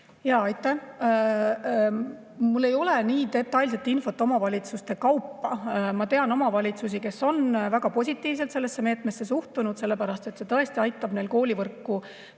Aitäh! Mul ei ole nii detailset infot omavalitsuste kaupa. Ma tean omavalitsusi, kes on väga positiivselt sellesse meetmesse suhtunud. See tõesti aitab neil koolivõrku